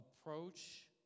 approach